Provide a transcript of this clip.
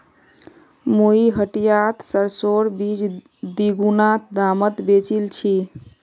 मुई हटियात सरसोर बीज दीगुना दामत बेचील छि